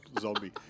zombie